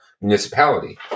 municipality